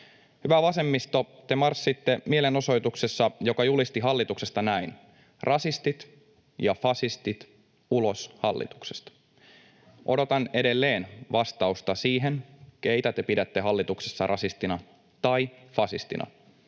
Hyvä vasemmisto, te marssitte mielenosoituksessa, joka julisti hallituksesta näin: ”Rasistit ja fasistit ulos hallituksesta.” Odotan edelleen vastausta siihen, keitä te pidätte hallituksessa rasistina tai fasistina.